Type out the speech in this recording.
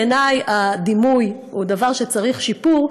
בעיני הדמוי הוא דבר שצריך שיפור,